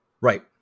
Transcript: Right